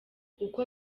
uko